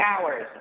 hours